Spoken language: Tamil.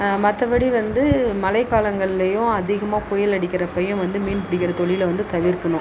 மற்றபடி வந்து மழை காலங்கள்லேயும் அதிகமாக புயல் அடிக்கிறப்பேயும் வந்து மீன் பிடிக்கிற தொழில வந்து தவிர்க்கணும்